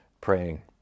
praying